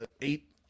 eight